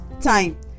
time